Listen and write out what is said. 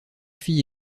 filles